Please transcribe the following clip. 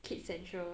kids central